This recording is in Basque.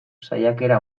saiakera